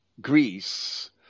Greece